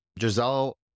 Giselle